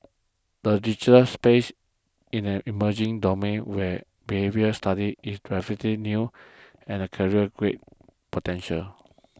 the digital space in an emerging domain where behavioural study is relatively new and career great potential